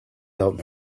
felt